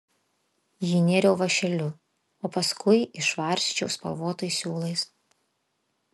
jį nėriau vąšeliu o paskui išvarsčiau spalvotais siūlais